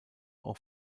auch